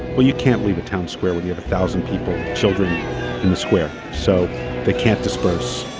well, you can't leave a town square when you have a thousand people, children, in the square. so they can't disperse